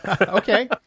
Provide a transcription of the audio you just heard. Okay